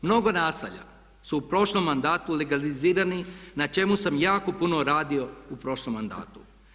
Mnogo naselja su u prošlom mandatu realizirani na čemu sam jako puno radio u prošlom mandatu.